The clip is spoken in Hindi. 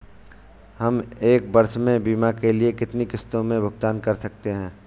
हम एक वर्ष में बीमा के लिए कितनी किश्तों में भुगतान कर सकते हैं?